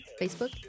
Facebook